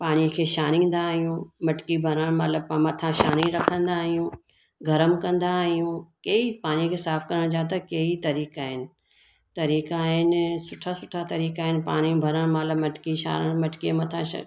पाणी खे छाणींदा आहियूं मटकी भरण महिल मथा छाणे रखंदा आहियूं गरम कंदा आहियूं केई पाणी खे साफ़ करण जा त केई तरीक़ा आहिनि तरीक़ा आहिनि सुठा सुठा तरीक़ा आहिनि पाणी भरण महिल छाणण मटकीअ मथा